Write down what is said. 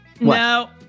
no